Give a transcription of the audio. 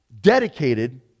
dedicated